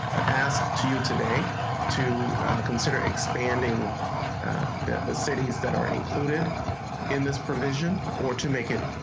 asked to you today to consider expanding that the cities that are included in this provision or to make it.